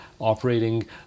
operating